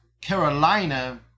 Carolina